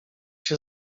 się